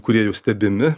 kurie jau stebimi